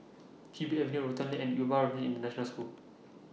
Chin Bee Avenue Rotan Lane and Yuva International School